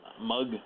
Mug